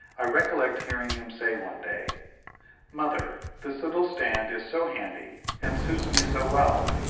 i recollect hearing him say one day mother, this little stand is so handy, and suits me so well,